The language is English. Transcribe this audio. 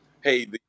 hey